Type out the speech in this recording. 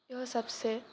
इएहो सबसँ